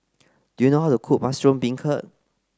do you know how to cook mushroom beancurd